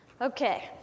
Okay